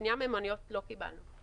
פנייה ממוניות לא קיבלנו.